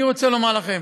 אני רוצה לומר לכם: